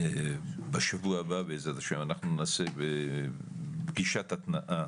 אני בשבוע הבא בעזרת השם אנחנו נתעסק בפגישת התנעה,